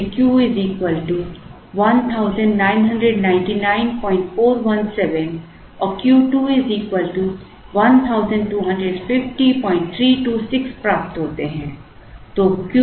इससे हमें Q 1 999417 और Q 2 1250326 प्राप्त होते है